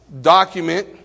document